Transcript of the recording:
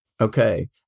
Okay